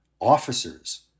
officers